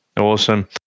awesome